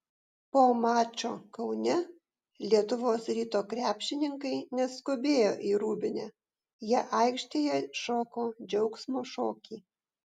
po mačo kaune lietuvos ryto krepšininkai neskubėjo į rūbinę jie aikštėje šoko džiaugsmo šokį